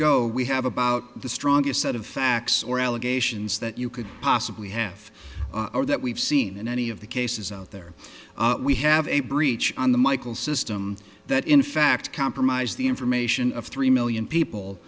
go we have about the strongest set of facts or allegations that you could possibly have or that we've seen in any of the cases out there we have a breach on the michael system that in fact compromised the information of three million people